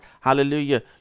Hallelujah